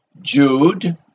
Jude